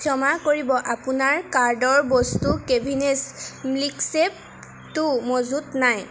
ক্ষমা কৰিব আপোনাৰ কাৰ্ডৰ বস্তু কেভিনেছ ম্লিকশ্বেকটো মজুত নাই